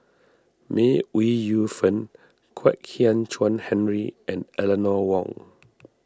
May Ooi Yu Fen Kwek Hian Chuan Henry and Eleanor Wong